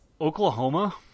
Oklahoma